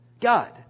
God